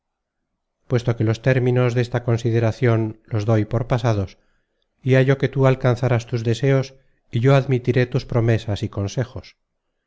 puesto que los términos desta consideracion los doy por pasados y hallo que tú alcanzarás tus deseos y yo admitiré tus promesas y consejos